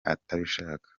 atabishaka